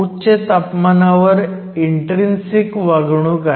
उच्च तापमानावर इन्ट्रीन्सिक वागणूक आहे